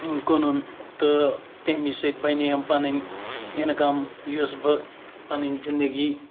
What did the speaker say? کٕنُن تہٕ تمی سۭتۍ بَنیٚیِم پَنٕنۍ اِنکَم یۄس بہٕ پَنٕنۍ زِندَگی